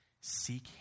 seek